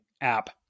app